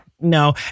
No